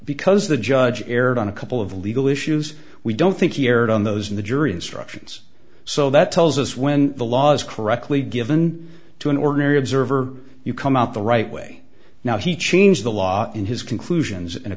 because the judge erred on a couple of legal issues we don't think he erred on those in the jury instructions so that tells us when the law is correctly given to an ordinary observer you come out the right way now he changed the law in his conclusions in a